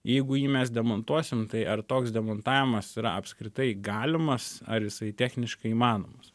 jeigu jį mes demonstruosim tai ar toks demontavimas yra apskritai galimas ar jisai techniškai įmanomas